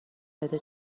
بده